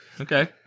Okay